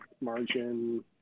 margin